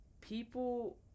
people